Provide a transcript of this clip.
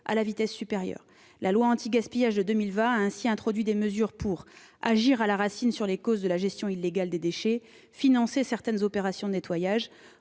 à l'économie circulaire du 10 février 2020 a ainsi introduit des mesures pour agir à la racine sur les causes de la gestion illégale des déchets, financer certaines opérations de nettoyage,